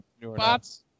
bots